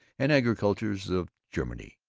and agriculture of germany,